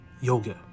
yoga